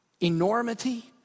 Enormity